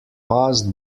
passed